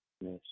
Yes